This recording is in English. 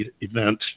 event